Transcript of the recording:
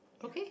okay